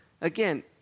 again